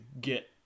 get –